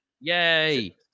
Yay